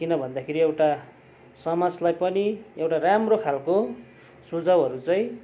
किन भन्दाखेरि एउटा समाजलाई पनि एउटा राम्रो खालको सुझावहरू चाहिँ